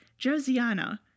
Josiana